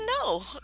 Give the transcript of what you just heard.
no